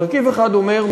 מרכיב אחד אומר,